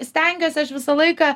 stengiuos aš visą laiką